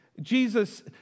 Jesus